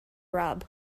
rub